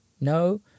no